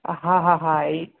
હા હા હા એ